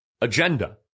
agenda